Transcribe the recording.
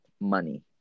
money